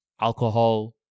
alcohol